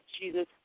Jesus